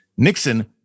Nixon